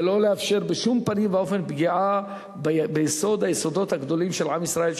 ולא לאפשר בשום פנים ואופן פגיעה ביסוד היסודות הגדולים של עם ישראל,